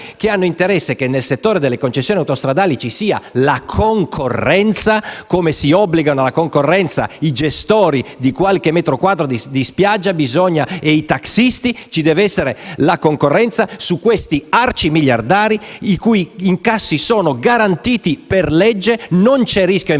che desiderano che nel settore delle concessioni autostradali ci sia concorrenza. Come si obbligano alla concorrenza i gestori di qualche metro quadro di spiaggia e i tassisti, si devono obbligare alla concorrenza anche questi arcimiliardari i cui incassi sono garantiti per legge, senza rischio imprenditoriale,